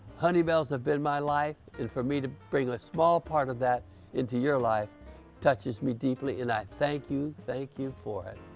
honey balls have been my life and for me to bring a small part of that into your life touches me deeply. and i thank you, thank you for it.